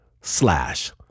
slash